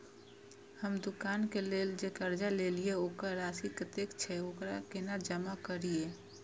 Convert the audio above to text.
हम दुकान के लेल जे कर्जा लेलिए वकर राशि कतेक छे वकरा केना जमा करिए?